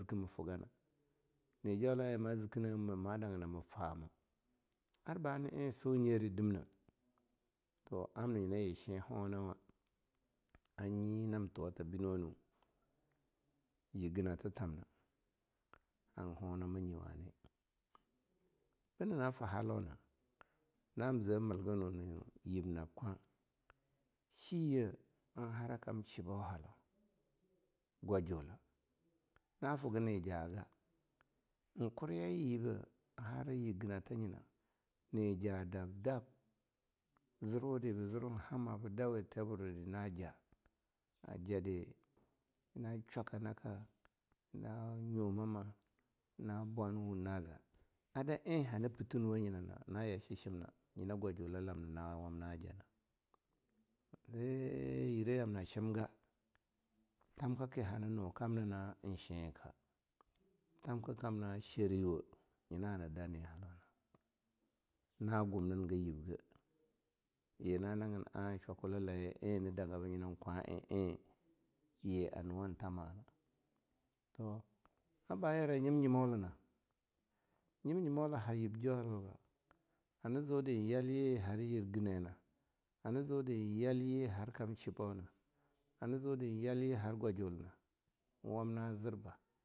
Figa na, ne jowa eh ma ziki na mu ma danga na ma fama, ar bana eh a siu nyere dimna? toh amna nyina shii honawa, a nyi nam tuwa ta biro nu yiniata tamna han nonawma nye wani. Bina na fa halau na, nam zhe milginwa, nnayib nab kwah, shiye an hara kam shibau haloun, gwajula na figa hija ga, oin kuryai yibeh hara yaginata nyina, nija dab-dab, ziwu de bah ziwa hama ba dawi teburwur de na jjah, a jah de na shwaka naka, na nyu mama, na bwanna wun na za, adaj eh hana pitin wa nyina-na na ya shichim na, nyina gwajula lamna na wam na jahna, yee yire yamna shimga tamkaki hana nu kamna-na in shreka, tamka kamna shariwo nyin na dani na, na gumnin gi yibge, ye na nagin a shwakula-laye eh na danga bi nyinah kwa eh eh ye a nuwan tamana. To a ba yara nyim-nyimnola na, nyim-nyimola ha yib jolibra, hana ziude yal yi har yir ginai na, han ziy de yal ye har kam shibau na, hana ziu de yal ye har gwajulina, wam na zirba.